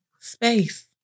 space